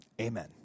amen